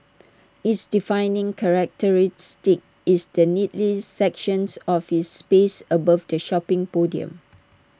its defining characteristic is the neatly sectioned office space above the shopping podium